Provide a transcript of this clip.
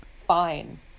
fine